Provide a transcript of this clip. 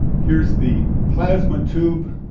here's the plasma tube,